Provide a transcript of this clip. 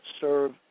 serve